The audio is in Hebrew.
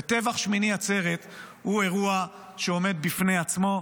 וטבח שמיני עצרת הוא אירוע שעומד בפני עצמו.